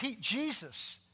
Jesus